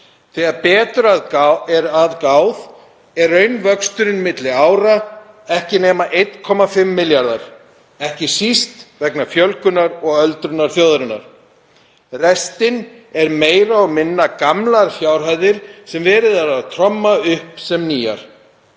Þegar betur er að gáð er raunvöxturinn milli ára ekki nema 1,5 milljarðar, ekki síst vegna fjölgunar og öldrunar þjóðarinnar. Restin er meira og minna gamlar fjárhæðir sem verið er að tromma upp sem nýjar.